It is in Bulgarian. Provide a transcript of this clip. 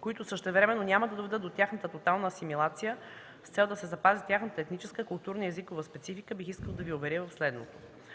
които същевременно няма да доведат до тяхната тотална асимилация с цел да се запази тяхната етническа, културна и езикова специфика, бих искала да Ви уверя в следното.